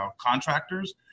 contractors